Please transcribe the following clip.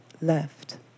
left